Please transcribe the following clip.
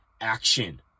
action